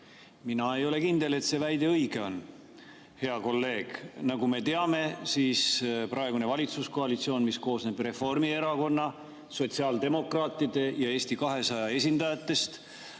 Mina ei ole kindel, et see väide õige on. Hea kolleeg, nagu me teame, praegune valitsuskoalitsioon, mis koosneb Reformierakonna, sotsiaaldemokraatide ja Eesti 200 esindajatest,